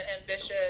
ambitious